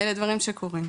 אלה דברים שקורים.